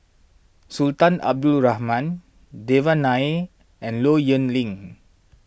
Sultan Abdul Rahman Devan Nair and Low Yen Ling